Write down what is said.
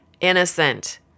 innocent